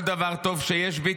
כל דבר טוב שיש בי,